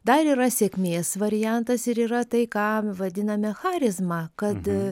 dar yra sėkmės variantas ir yra tai ką vadiname charizma kad